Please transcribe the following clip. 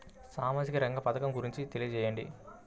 సామాజిక రంగ పథకం గురించి తెలియచేయండి?